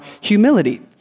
humility